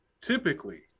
typically